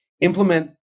implement